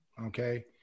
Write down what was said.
okay